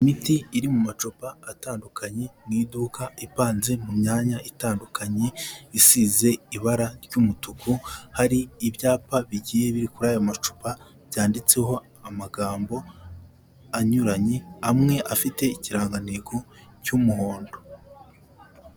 Imiti iri mu macupa atandukanye mu iduka ipanze mu myanya itandukanye isize ibara ry'umutuku, hari ibyapa bigiye biri kuri aya macupa byanditseho amagambo anyuranye, amwe afite ikirangantego cy'umuhondo.